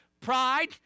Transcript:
Pride